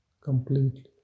completely